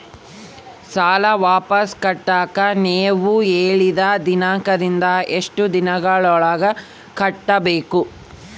ಸಾಲ ವಾಪಸ್ ಕಟ್ಟಕ ನೇವು ಹೇಳಿದ ದಿನಾಂಕದಿಂದ ಎಷ್ಟು ದಿನದೊಳಗ ಕಟ್ಟಬೇಕು?